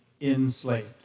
enslaved